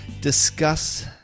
discuss